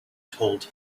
told